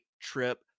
trip